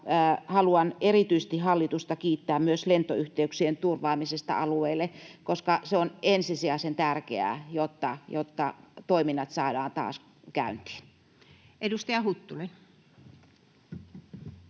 haluan hallitusta kiittää erityisesti myös lentoyhteyksien turvaamisesta alueille, koska se on ensisijaisen tärkeää, jotta toiminnat saadaan taas käyntiin. Edustaja Huttunen.